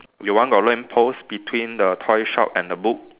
your one got lamppost between the toy shop and the book